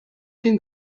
den